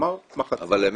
כלומר מחצית.